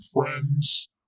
friends